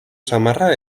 samarra